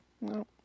no